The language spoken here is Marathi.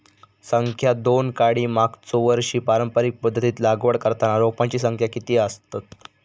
संख्या दोन काडी मागचो वर्षी पारंपरिक पध्दतीत लागवड करताना रोपांची संख्या किती आसतत?